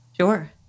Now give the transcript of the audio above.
Sure